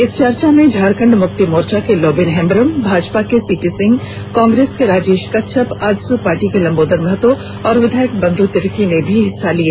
इस चर्चा में झारखंड मुक्ति मोर्चा के लोबिन हेम्ब्रम भाजपा के सीपी सिंह कांग्रेस के राजेष कच्छप आजसू पार्टी के लंबोदर महतो और विधायक बंध् तिर्की ने भी हिस्सा लिया